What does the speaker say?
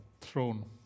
throne